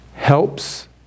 Helps